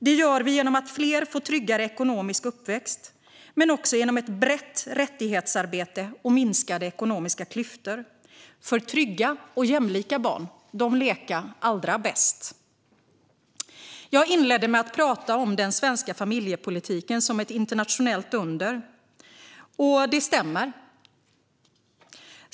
Det gör vi genom att fler får en tryggare ekonomisk uppväxt, men också genom ett brett rättighetsarbete och minskade ekonomiska klyftor. För trygga och jämlika barn leka allra bäst. Jag inledde med att prata om den svenska familjepolitiken som ett internationellt under, och det stämmer.